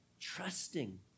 trusting